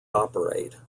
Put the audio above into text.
operate